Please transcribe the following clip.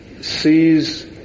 sees